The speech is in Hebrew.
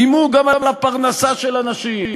איימו גם על הפרנסה של האנשים,